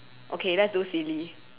okay let's do silly